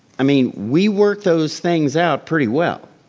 i mean, we work those things out pretty well.